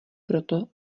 proto